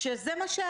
תזמינו הרבה סודה,